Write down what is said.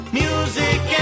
music